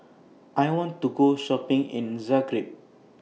I want to Go Shopping in Zagreb